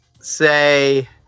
say